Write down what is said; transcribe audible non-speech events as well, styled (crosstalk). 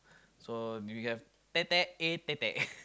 so do you have tap tap a tap tap (laughs)